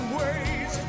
ways